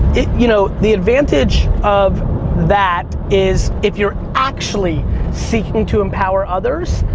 you know, the advantage of that is, if you're actually seeking to empower others,